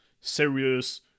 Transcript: serious